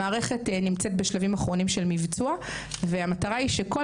המערכת נמצאת בשלבים האחרונים של מבצוע והמטרה היא שכל